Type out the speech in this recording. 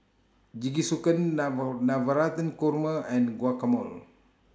Jingisukan Navratan Korma and Guacamole